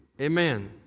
Amen